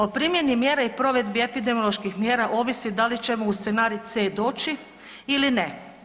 O primjeni mjera i provedbi epidemioloških mjera ovisi da li ćemo u scenarij C doći ili ne.